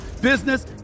business